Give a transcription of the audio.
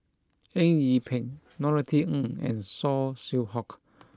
Eng Yee Peng Norothy Ng and Saw Swee Hock